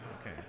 Okay